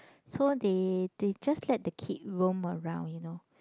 so they they just let the kid roam around you know